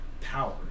Power